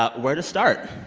ah where to start?